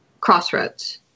crossroads